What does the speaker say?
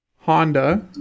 Honda